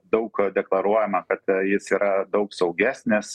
daug deklaruojama kad jis yra daug saugesnis